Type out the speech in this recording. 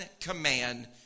command